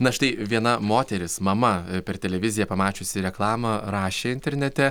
na štai viena moteris mama per televiziją pamačiusi reklamą rašė internete